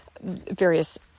various